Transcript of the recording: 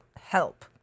help